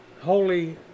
holy